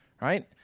right